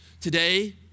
Today